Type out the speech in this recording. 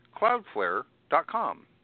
Cloudflare.com